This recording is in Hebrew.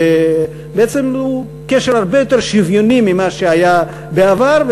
ובעצם הוא קשר הרבה יותר שוויוני ממה שהיה בעבר.